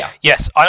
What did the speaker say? Yes